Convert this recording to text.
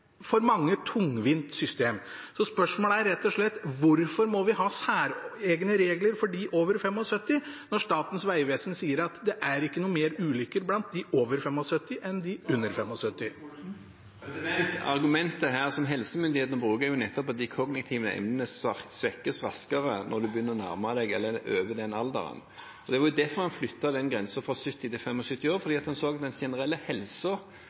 tungvint system. Så spørsmålet er rett og slett: Hvorfor må vi ha særegne regler for dem over 75, når Statens vegvesen sier at det ikke er flere ulykker blant dem over 75 enn blant dem under 75? Argumentet som helsemyndighetene bruker, er at de kognitive evnene svekkes raskere når man begynner å nærme seg eller er over den alderen. Man flyttet grensen fra 70 til 75 år fordi man så at den generelle helsen til 72-åringer er bedre i dag enn for en del år